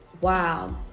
wow